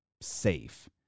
safe